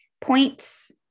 points